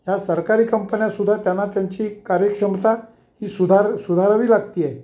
ह्या सरकारी कंपन्या सुद्धा त्यांना त्यांची कार्यक्षमता ही सुधार सुधारावी लागते आहे